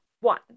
one